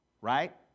Right